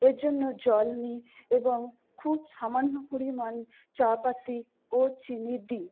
এর জন্য জল নিই এবং খুব সামান্য পরিমাণ চা পাতি ও চিনি দিই